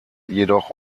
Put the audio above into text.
jedoch